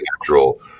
natural